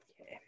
Okay